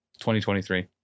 2023